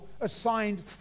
assigned